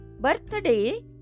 birthday